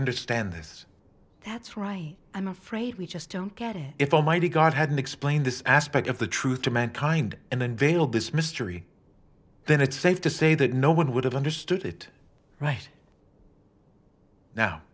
understand this that's right i'm afraid we just don't get it if a mighty god hadn't explained this aspect of the truth to mankind and then veil this mystery then it's safe to say that no one would have understood it right now